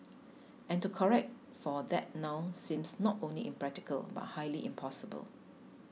and to correct for that now seems not only impractical but highly impossible